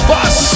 Bus